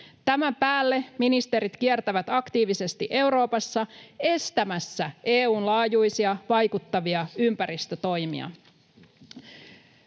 Tämän päälle ministerit kiertävät aktiivisesti Euroopassa estämässä EU:n laajuisia, vaikuttavia ympäristötoimia.